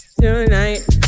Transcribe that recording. tonight